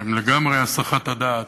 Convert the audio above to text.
הן לגמרי הסחת הדעת.